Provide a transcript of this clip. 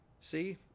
See